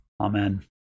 Amen